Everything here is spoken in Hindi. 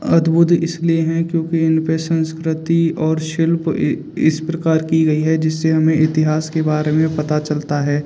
अद्भुत इसलिए हैं क्योंकि इनपर संस्कृति और शिल्प इस प्रकार की गई है जिससे हमें इतिहास के बारे में पता चलता है